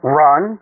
run